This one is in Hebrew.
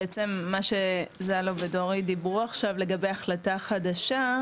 בעצם מה שזאלה ודורי דיברו עכשיו לגבי החלטה חדשה,